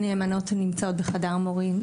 הנאמנות נמצאות איתנו בחדר המורים.